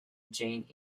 jane